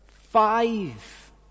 five